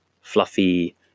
fluffy